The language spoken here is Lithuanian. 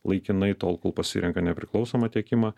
laikinai tol kol pasirenka nepriklausomą tiekimą